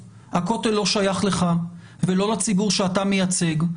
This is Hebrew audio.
הכותל לא שייך לך ולא לציבור שאתה מייצג,